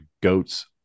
goats